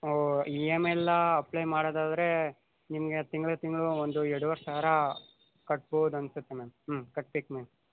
ಹೋ E M I ಎಲ್ಲ apply ಮಾಡೋದಾದ್ರೆ ನಿಮಗೆ ತಿಂಗ್ಳು ತಿಂಗಳು ಒಂದು ಎರಡೂವರೆ ಸಾವಿರ ಕಟ್ಬೌದು ಅನಿಸುತ್ತೆ ಮ್ಯಾಮ್ ಹ್ಞೂ ಕಟ್ಬೇಕು ಮ್ಯಾಮ್